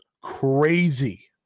crazy